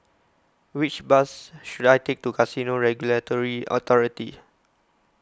which bus should I take to Casino Regulatory Authority